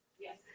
Yes